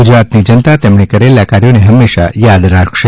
ગુજરાતની જનતા તેમને કરેલ કાર્યોને હંમેશા થાદ રાખશે